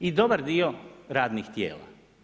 I dobar dio radnih tijela.